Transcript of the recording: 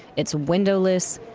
it's windowless,